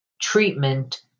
treatment